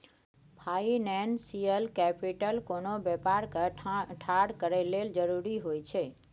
financial capital कोनो व्यापार के ठाढ़ करए लेल जरूरी होइ छइ